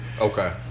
Okay